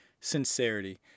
sincerity